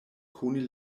koni